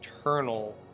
eternal